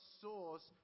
source